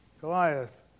Goliath